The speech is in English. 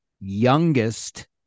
youngest